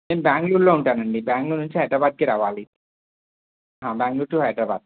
నేను బెంగళూరులో ఉంటానండి బెంగళూరు నుంచి హైదరాబాద్కి రావాలి బెంగళూరు టు హైదరాబాద్